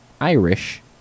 Irish